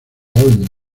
olmos